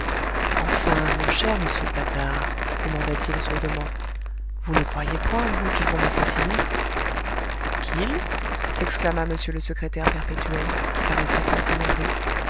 enfin mon cher monsieur patard demanda-t-il sourdement vous ne croyez point vous qu'ils vont m'assassiner qu'ils s'exclama m le secrétaire perpétuel qui paraissait fort énervé